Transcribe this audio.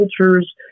cultures